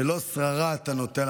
שלא שררה אתה נוטל,